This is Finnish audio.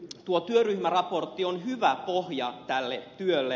tuo työryhmäraportti on hyvä pohja tälle työlle